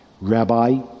Rabbi